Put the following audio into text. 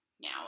now